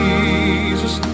Jesus